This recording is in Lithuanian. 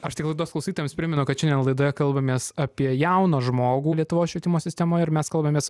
aš tik laidos klausytojams primenu kad šiandien laidoje kalbamės apie jauną žmogų lietuvos švietimo sistemoje ir mes kalbamės